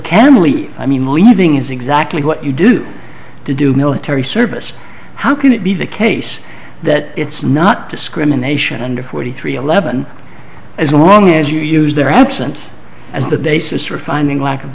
can leave i mean leaving is exactly what you do to do military service how can it be the case that it's not discrimination under forty three eleven as long as you use their absence as the basis for finding lack of